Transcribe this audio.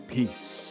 Peace